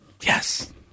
yes